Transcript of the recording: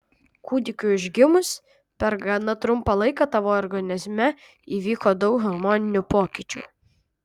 kūdikiui užgimus per gana trumpą laiką tavo organizme įvyko daug hormoninių pokyčių